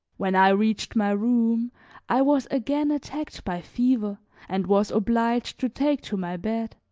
when i reached my room i was again attacked by fever and was obliged to take to my bed.